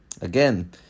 again